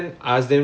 ya